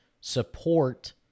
support